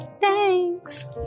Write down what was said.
Thanks